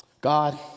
God